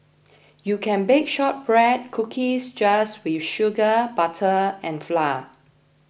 you can bake Shortbread Cookies just with sugar butter and flour